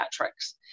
metrics